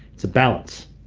it's a balance